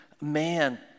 man